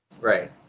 Right